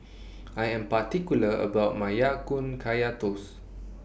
I Am particular about My Ya Kun Kaya Toast